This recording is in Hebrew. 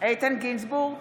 איתן גינזבורג,